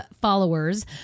followers